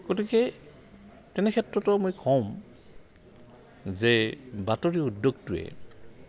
গতিকে তেনে ক্ষেত্ৰতো মই ক'ম যে বাতৰি উদ্যোগটোৱে